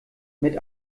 mit